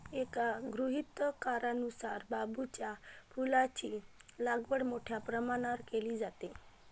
एका गृहीतकानुसार बांबूच्या फुलांची लागवड मोठ्या प्रमाणावर केली जाते